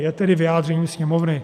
Je tedy vyjádřením Sněmovny.